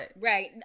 right